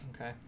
Okay